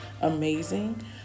amazing